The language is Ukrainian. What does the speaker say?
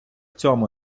цьому